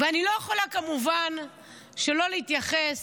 כמובן שאני לא יכולה שלא להתייחס